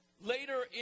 later